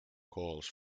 calls